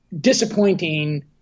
disappointing